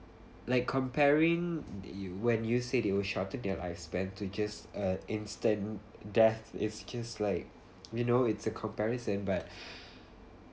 like comparing you when you said they were shortened their lifespan to just uh instant death is just like you know it's a comparison but